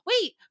wait